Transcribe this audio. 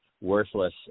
worthless